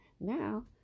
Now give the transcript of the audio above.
Now